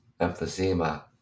emphysema